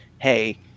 hey